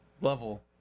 level